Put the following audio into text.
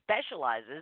specializes